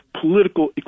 political